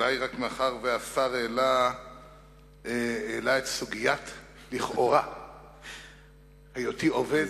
מאחר שהשר העלה את סוגיית היותי עובד משרדו,